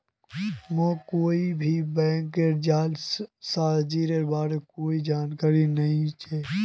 मोके कोई भी बैंकेर जालसाजीर बार कोई जानकारी नइ छेक